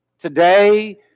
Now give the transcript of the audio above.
Today